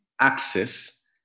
access